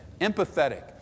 Empathetic